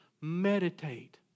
meditate